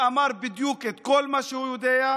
ואמר בדיוק את כל מה שהוא יודע,